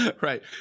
Right